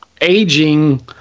aging